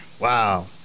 Wow